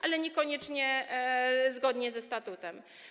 ale niekoniecznie zgodnie ze statutem.